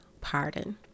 Pardon